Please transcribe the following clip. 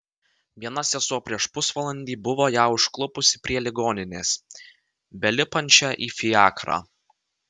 viena sesuo prieš pusvalandį buvo ją užklupusi prie ligoninės belipančią į fiakrą